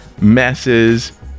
messes